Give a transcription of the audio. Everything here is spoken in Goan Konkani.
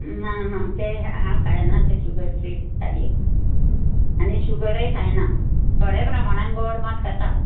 ना ना तें हांव खांयना शुगर फ्री आनी शुगरय खांयना थोडें प्रमाणान गॉड मात खाता